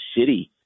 city